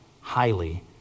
highly